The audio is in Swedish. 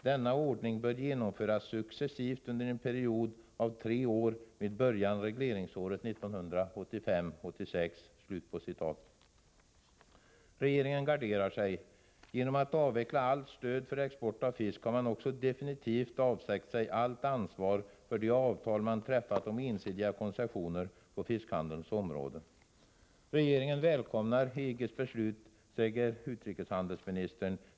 Denna ordning bör genomföras successivt under en period av tre år med början regleringsåret 1985/86.” Regeringen garderar sig. Genom att avveckla allt stöd för export av fisk har man också definitivt avsagt sig allt ansvar för de avtal man träffat om ensidiga koncessioner på fiskhandelns område. Regeringen välkomnar EG:s beslut, säger utrikeshandelsministern.